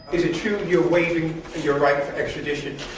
is it true you're waiving your right to extradition?